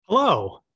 Hello